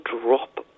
drop